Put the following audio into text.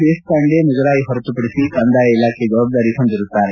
ದೇಶಪಾಂಡೆ ಮುಜರಾಯಿ ಹೊರತುಪಡಿಸಿ ಕಂದಾಯ ಇಲಾಖೆ ಜವಾಬ್ದಾರಿ ಹೊಂದಿರುತ್ತಾರೆ